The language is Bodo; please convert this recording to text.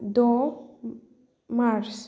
द' मार्च